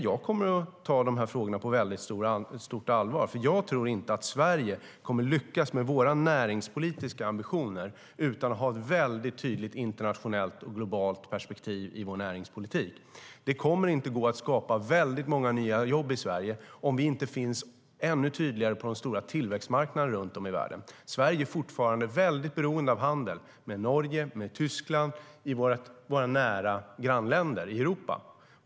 Jag kommer att ta frågorna på stort allvar, för jag tror inte att vi i Sverige kommer att lyckas med våra näringspolitiska ambitioner om vi inte har ett mycket tydligt internationellt, globalt, perspektiv i vår näringspolitik. Det kommer inte att gå att skapa många nya jobb i Sverige om vi inte på ett ännu tydligare sätt finns på de stora tillväxtmarknaderna i världen. Sverige är fortfarande väldigt beroende av handel med Norge, med Tyskland, med våra grannländer i Europa.